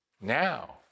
now